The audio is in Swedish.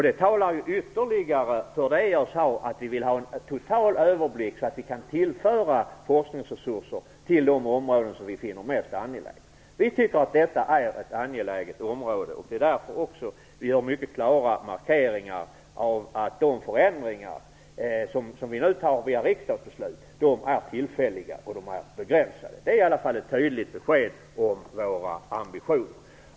Det talar ytterligare för det jag sade: Vi vill ha en total överblick, så att vi kan tillföra forskningsresurser till de områden som vi finner mest angelägna. Vi tycker att detta är ett angeläget område, och det är därför vi gör mycket klara markeringar av att de förändringar, som vi nu genomför via riksdagsbeslut, är tillfälliga och begränsade. Det är i alla fall ett tydligt besked om våra ambitioner.